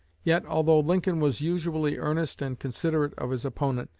yet, although lincoln was usually earnest and considerate of his opponent,